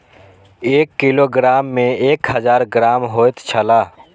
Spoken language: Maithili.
एक किलोग्राम में एक हजार ग्राम होयत छला